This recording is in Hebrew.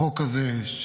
החוק הזה,